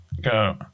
go